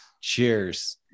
Cheers